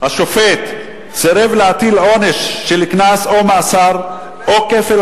השופט סירב להטיל עונש של קנס או מאסר או כפל